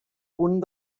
punt